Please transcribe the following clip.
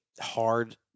hard